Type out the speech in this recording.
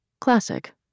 Classic